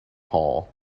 hall